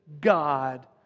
God